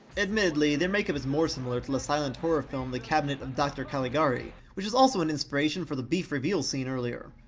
admittedly, their makeup is more similar to the silent horror film the cabinet of dr. caligari, which was also an inspiration for the beef reveal scene earlier.